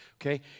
Okay